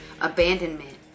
abandonment